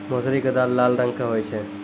मौसरी के दाल लाल रंग के होय छै